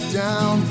down